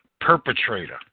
perpetrator